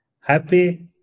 happy